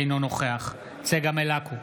אינו נוכח צגה מלקו,